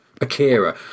Akira